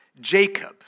Jacob